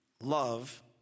love